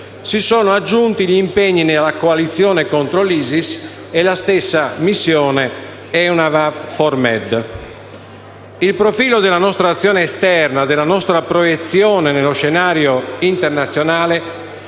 si sono aggiunti gli impegni nella coalizione contro l'ISIS e la stessa missione EUNAVFOR Med. Il profilo della nostra azione esterna, della nostra proiezione nello scenario internazionale,